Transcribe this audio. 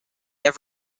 have